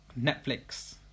Netflix